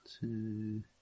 Two